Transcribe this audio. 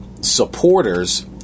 supporters